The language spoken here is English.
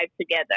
together